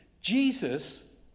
Jesus